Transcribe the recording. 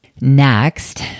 Next